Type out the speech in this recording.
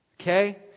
Okay